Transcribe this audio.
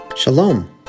Shalom